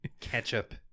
Ketchup